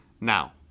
Now